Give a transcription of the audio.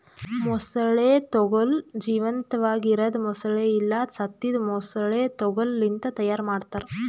ಮೊಸಳೆ ತೊಗೋಲ್ ಜೀವಂತಾಗಿ ಇರದ್ ಮೊಸಳೆ ಇಲ್ಲಾ ಸತ್ತಿದ್ ಮೊಸಳೆ ತೊಗೋಲ್ ಲಿಂತ್ ತೈಯಾರ್ ಮಾಡ್ತಾರ